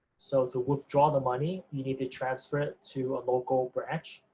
so to withdraw the money, you need to transfer it to a local branch,